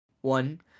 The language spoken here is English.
One